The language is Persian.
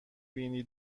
وینی